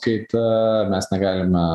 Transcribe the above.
kaita mes negalime